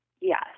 yes